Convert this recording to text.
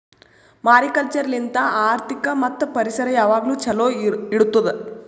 mariculture ಲಿಂತ್ ಆರ್ಥಿಕ ಮತ್ತ್ ಪರಿಸರ ಯಾವಾಗ್ಲೂ ಛಲೋ ಇಡತ್ತುದ್